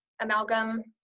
amalgam